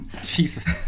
Jesus